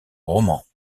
romans